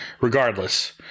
regardless